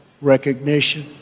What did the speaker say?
recognition